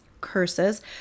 curses